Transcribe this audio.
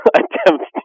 attempt